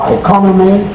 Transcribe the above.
economy